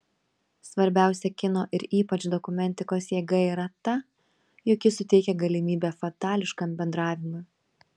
svarbiausia kino ir ypač dokumentikos jėga yra ta jog ji suteikia galimybę fatališkam bendravimui